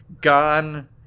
gone